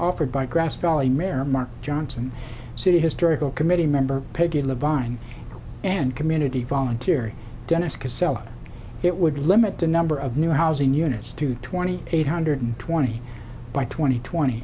offered by grass valley mare mark johnson city historical committee member peggy le vine and community volunteer dennis casella it would limit the number of new housing units to twenty eight hundred twenty by twenty twenty